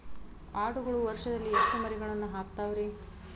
ಆಡುಗಳು ವರುಷದಲ್ಲಿ ಎಷ್ಟು ಮರಿಗಳನ್ನು ಹಾಕ್ತಾವ ರೇ?